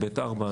(ב)(4).